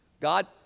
God